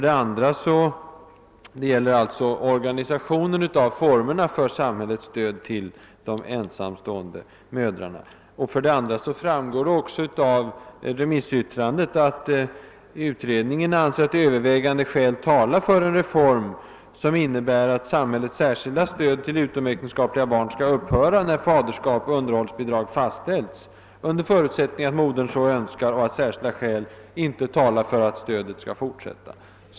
Det gäller alltså organisationen av formerna för samhällets stöd till de ensamstående mödrarna. För det andra framgår det att familjelagssakunniga anser att övervägande skäl talar för en reform som innebär att samhällets särskilda stöd till utomäktenskapliga barn skall upphöra när faderskap och underhållsbidrag fastställts, under förutsättning att modern så önskar och särskilda skäl inte talar för att stödet skall fortsätta.